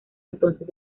entonces